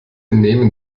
nehmen